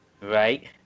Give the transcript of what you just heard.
Right